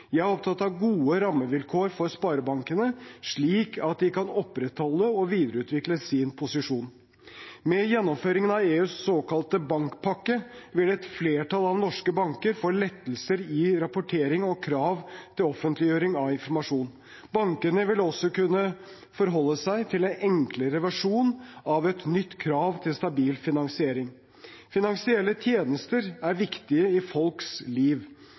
Jeg er opptatt av gode rammevilkår for sparebankene, slik at de kan opprettholde og videreutvikle sin posisjon. Med gjennomføringen av EUs såkalte bankpakke vil et flertall av norske banker få lettelser i rapportering og krav til offentliggjøring av informasjon. Bankene vil også kunne forholde seg til en enklere versjon av et nytt krav til stabil finansiering. Finansielle tjenester er viktig i folks liv.